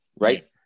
right